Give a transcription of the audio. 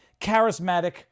charismatic